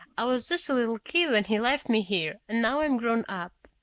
i was just a little kid when he left me here, and now i'm grown-up.